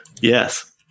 Yes